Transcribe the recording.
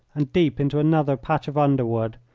and deep into another patch of underwood,